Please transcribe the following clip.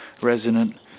resonant